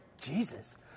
Jesus